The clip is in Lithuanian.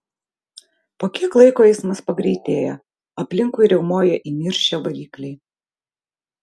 po kiek laiko eismas pagreitėja aplinkui riaumoja įniršę varikliai